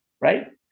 right